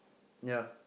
ya